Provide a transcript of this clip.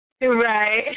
right